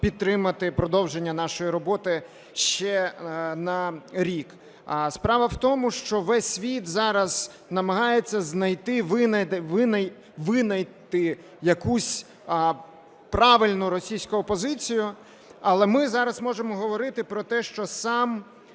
підтримати продовження нашої роботи ще на рік. Справа в тому, що весь світ зараз намагається знайти, винайти якусь правильну російську опозицію. Але ми зараз можемо говорити про те, що сам,